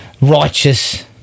righteous